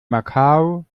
macau